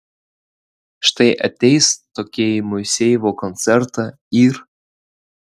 štai ateis tokie į moisejevo koncertą ir